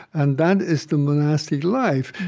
and that is the monastic life.